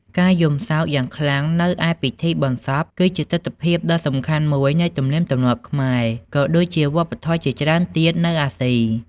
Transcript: ការយំសោកយ៉ាងខ្លាំងនៅឯពិធីបុណ្យសព គឺជាទិដ្ឋភាពដ៏សំខាន់មួយនៃទំនៀមទម្លាប់ខ្មែរ ក៏ដូចជាវប្បធម៌ជាច្រើនទៀតនៅអាស៊ី។